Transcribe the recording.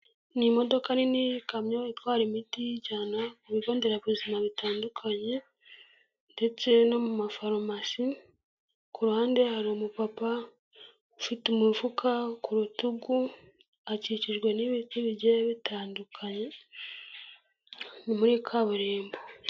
Ni imodoka nini ikamyo itwara imiti iyijyana mu bigo nderabuzima bitandukanye ndetse no mu mafarumasi ku ruhande hari umupapa ufite umufuka ku rutugu akikijwe n'ibiti bigenda bi muri kaburimbo.